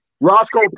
Roscoe